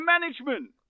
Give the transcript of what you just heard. Management